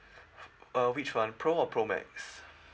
uh which one pro or pro max